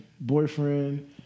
boyfriend